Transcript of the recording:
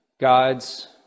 God's